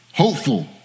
Hopeful